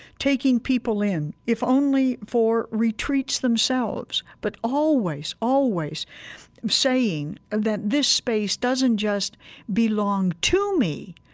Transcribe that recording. taking people in if only for retreats themselves, but always, always saying that this space doesn't just belong to me,